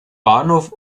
bahnhof